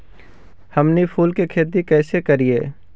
हमनी फूल के खेती काएसे करियय?